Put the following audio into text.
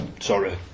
sorry